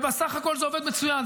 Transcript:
ובסך הכול זה עובד מצוין,